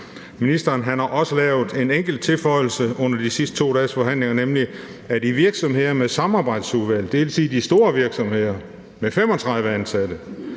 Ministeren har også lavet en enkelt tilføjelse under de sidste 2 dages forhandlinger, nemlig at i virksomheder med samarbejdsudvalg, dvs. de store virksomheder med 35 ansatte,